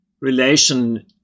relation